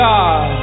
God